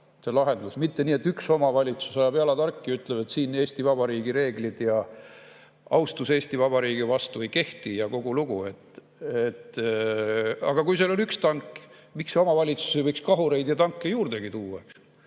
lahendus, mitte nii, et üks omavalitsus ajab jalad harki ja ütleb, et siin Eesti Vabariigi reeglid ja austus Eesti Vabariigi vastu ei kehti, ja kogu lugu. Aga kui seal oli üks tank, miks omavalitsus ei võiks kahureid ja tanke juurdegi tuua?